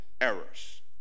errors